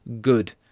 good